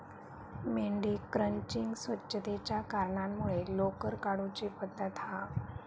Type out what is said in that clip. मेंढी क्रचिंग स्वच्छतेच्या कारणांमुळे लोकर काढुची पद्धत हा